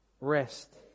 rest